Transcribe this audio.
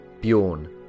Bjorn